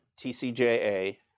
TCJA